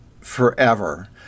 forever